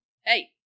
Hey